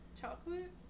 Chocolate